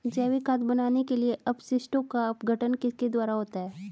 जैविक खाद बनाने के लिए अपशिष्टों का अपघटन किसके द्वारा होता है?